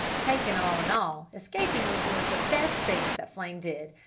taken all in all, escaping was one of the best things that flame did.